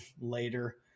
later